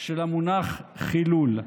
של המונח חילול.